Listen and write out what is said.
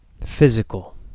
physical